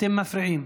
אתם מפריעים.